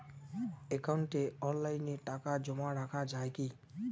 একাউন্টে অনলাইনে টাকা জমা রাখা য়ায় কি?